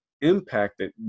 impacted